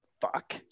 fuck